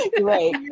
Right